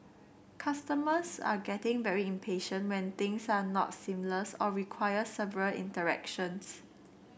customers are getting very impatient when things are not seamless or require several interactions